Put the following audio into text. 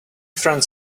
friend